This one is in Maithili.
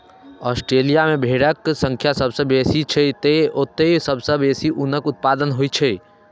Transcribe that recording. ऑस्ट्रेलिया मे भेड़क संख्या सबसं बेसी छै, तें ओतय सबसं बेसी ऊनक उत्पादन होइ छै